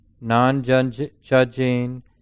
non-judging